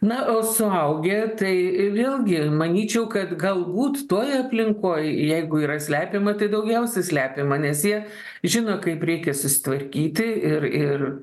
na o suaugę tai vėlgi manyčiau kad galbūt toje aplinkoj jeigu yra slepiama tai daugiausia slepiama nes jie žino kaip reikia susitvarkyti ir ir